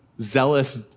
zealous